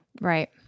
Right